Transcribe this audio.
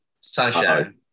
Sunshine